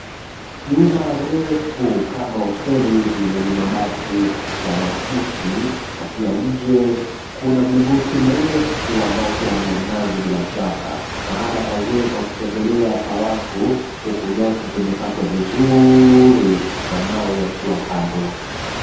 Nyumba refu kama hoteli hivi lenye mabati ya makuti na pia nje kuna mlingoti mrefu ambao pia ni wa mnazi bila shaka. Mahala pazuri pa kutembelea pa watu huku nyasi zimekatwa vizuri na mawe yakiwa kando.